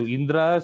Indra